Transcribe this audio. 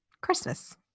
Christmas